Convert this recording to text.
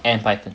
and python